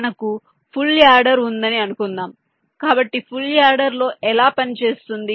మనకు full adder ఉందని అనుకుందాం కాబట్టి ఫుల్ యాడర్ ఎలా పని చేస్తుంది